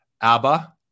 ABBA